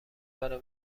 برای